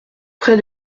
près